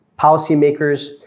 policymakers